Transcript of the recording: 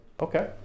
Okay